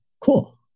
cool